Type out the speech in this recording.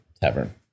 tavern